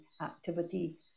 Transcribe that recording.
activity